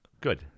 Good